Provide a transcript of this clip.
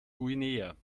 guinea